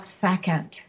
second